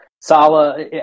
Salah